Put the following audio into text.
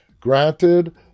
Granted